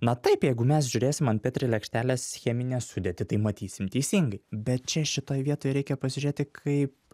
na taip jeigu mes žiūrėsim ant petri lėkštelės cheminę sudėtį tai matysim teisingai bet čia šitoj vietoj reikia pasižiūrėti kaip